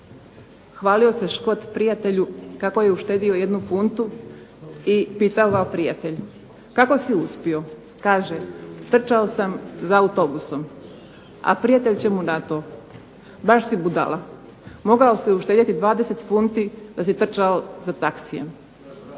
Hvalio se Škot prijatelju kako je uštedio jednu funtu i pitao ga prijatelj kako si uspio? Kaže trčao sam za autobusom, a prijatelj će mu na to, baš si budala mogao si uštedjeti 20 funti da si trčao za taxijem.